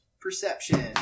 perception